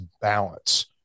balance